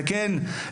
וכן,